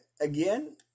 again